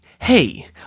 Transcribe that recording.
Hey